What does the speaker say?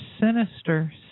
sinister